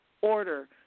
order